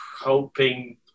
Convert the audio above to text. hoping